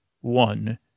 One